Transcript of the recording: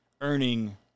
earning